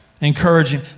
encouraging